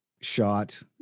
shot